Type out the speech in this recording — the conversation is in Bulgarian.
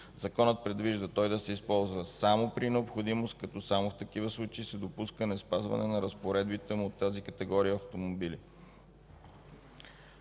Законът предвижда той да се използва само при необходимост, като само в такива случаи се допуска неспазване на разпоредбите му от тази категория автомобили.